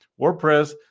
wordpress